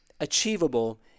achievable